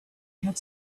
had